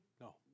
No